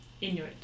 Inuit